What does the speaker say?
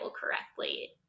correctly